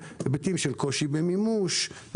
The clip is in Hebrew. היבטים של קושי במימוש,